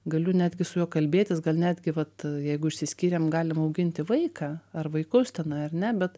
galiu netgi su juo kalbėtis gal netgi vat jeigu išsiskyrėm galim auginti vaiką ar vaikus tenai ar ne bet